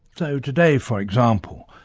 so today, for example,